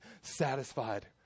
satisfied